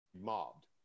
mobbed